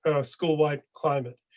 schoolwide climate,